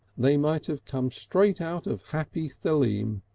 they might have come straight out of happy theleme,